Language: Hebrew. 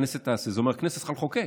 זה אומר שהכנסת צריכה לחוקק.